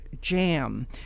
jam